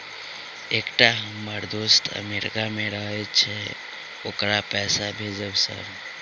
एकटा हम्मर दोस्त अमेरिका मे रहैय छै ओकरा पैसा भेजब सर?